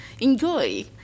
enjoy